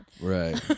Right